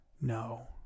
No